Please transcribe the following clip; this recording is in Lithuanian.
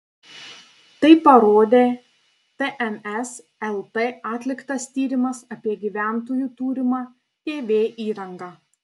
tai parodė tns lt atliktas tyrimas apie gyventojų turimą tv įrangą